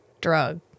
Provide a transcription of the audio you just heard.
drug